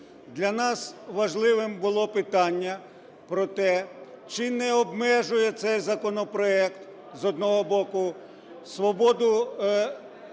Для нас важливим було питання про те, чи не обмежує цей законопроект, з одного боку, свободу совісті